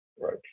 right